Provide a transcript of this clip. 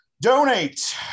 Donate